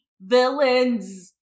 villains